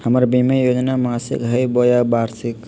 हमर बीमा योजना मासिक हई बोया वार्षिक?